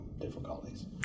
difficulties